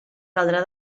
caldrà